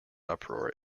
uproar